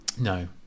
No